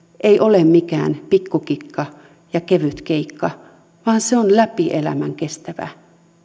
ei ole mikään pikkukikka ja kevyt keikka vaan se on läpi elämän kestävä